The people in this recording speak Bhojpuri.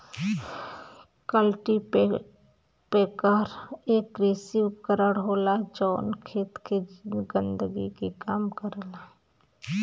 कल्टीपैकर एक कृषि उपकरण होला जौन खेत के गंदगी के कम करला